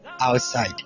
outside